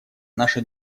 наша